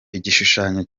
igishushanyo